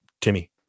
Timmy